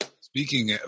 Speaking